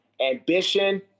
ambition